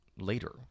later